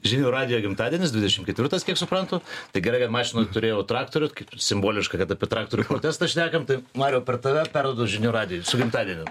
žinių radijo gimtadienis dvidešimt ketvirtas kiek suprantu tai gerai kad mašinoj turėjau traktorių kaip ir simboliška kad apie traktorių protestą šnekam tai mariau per tave perduodu žinių radijui su gimtadieniu